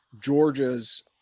Georgia's